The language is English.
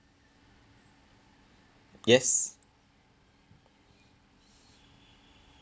yes